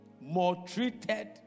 maltreated